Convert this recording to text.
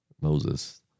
Moses